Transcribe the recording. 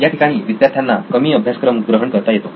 या ठिकाणी विद्यार्थ्यांना कमी अभ्यासक्रम ग्रहण करता येतो